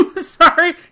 Sorry